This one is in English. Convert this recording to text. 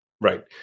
Right